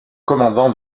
commandant